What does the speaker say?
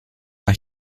ach